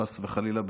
חס וחלילה,